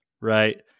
right